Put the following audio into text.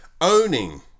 owning